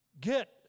get